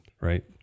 right